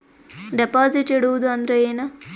Deposit ಇಡುವುದು ಅಂದ್ರ ಏನ?